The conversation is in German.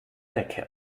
decke